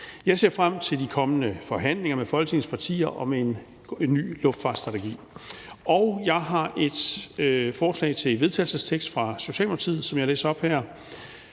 Jeg ser frem til de kommende forhandlinger med Folketingets partier om en ny luftfartsstrategi. Jeg har et forslag til vedtagelse fra Socialdemokratiet, som jeg læser op her: